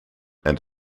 and